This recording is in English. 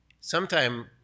Sometime